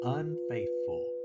unfaithful